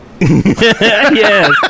Yes